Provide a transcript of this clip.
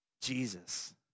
Jesus